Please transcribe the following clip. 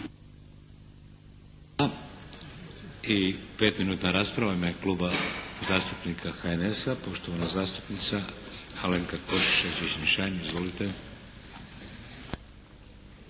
I petminutna rasprava. U ime Kluba zastupnika HNS-a, poštovana zastupnica Alenka Košiša Čičin-Šain. Izvolite.